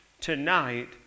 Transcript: tonight